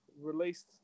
released